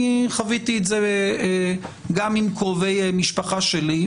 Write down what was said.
אני חוויתי את זה גם עם קרובי משפחה שלי,